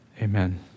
amen